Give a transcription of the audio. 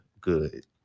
good